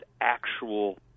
actual